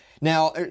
Now